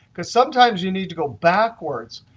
because sometimes you need to go backwards.